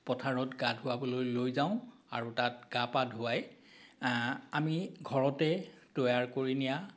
পথাৰত গা ধুৱাবলৈ লৈ যাওঁ আৰু তাত গা পা ধুৱাই আমি ঘৰতে তৈয়াৰ কৰি নিয়া